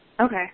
Okay